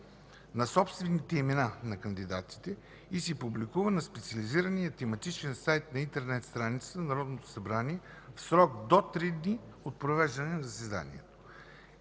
на собствените имена на кандидатите и се публикува на специализирания тематичен сайт на интернет страницата на Народното събрание в срок до 3 дни от провеждане на заседанието.